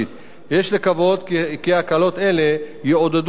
יש לקוות כי הקלות אלה יעודדו את חיזוק